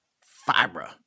fiber